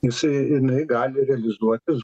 jisai jinai gali realizuotis